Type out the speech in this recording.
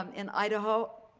um in idaho,